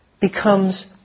becomes